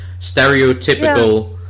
stereotypical